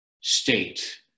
state